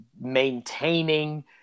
maintaining